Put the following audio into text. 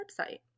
website